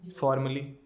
formally